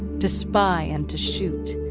to spy and to shoot.